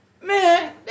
Man